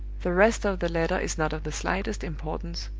the rest of the letter is not of the slightest importance,